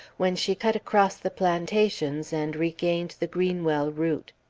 when she cut across the plantations and regained the greenwell route.